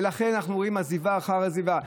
ולכן אנחנו רואים עזיבה אחר עזיבה.